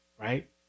right